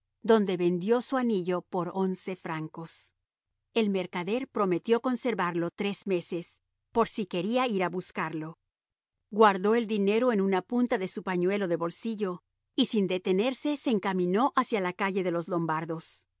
donde vendió su anillo por once francos el mercader prometió conservarlo tres meses por si quería ir a buscarlo guardó el dinero en una punta de su pañuelo de bolsillo y sin detenerse se encaminó hacia la calle de los lombardos